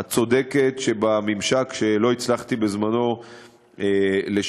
את צודקת שבממשק שלא הצלחתי בזמנו לשנות